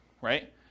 right